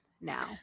now